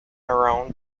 around